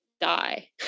die